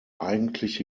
eigentliche